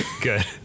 Good